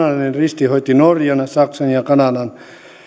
risti hoiti norjan saksan ja ja kanadan